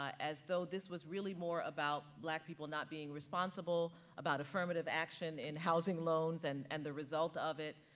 as though this was really more about black people not being responsible, about affirmative action in housing loans and and the result of it.